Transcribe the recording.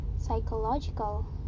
psychological